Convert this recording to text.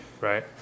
Right